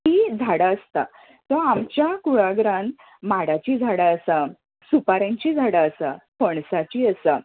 तीं झाडां आसता सो आमच्या कुळागरान माडाचीं झाडां आसा सुपाऱ्यांची झाडां आसा फणसाची आसा